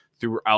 throughout